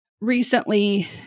recently